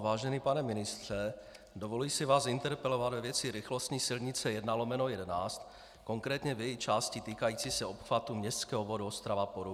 Vážený pane ministře, dovoluji si vás interpelovat ve věci rychlostní silnice I/11, konkrétně v její části týkající se obchvatu městského obvodu OstravaPoruba.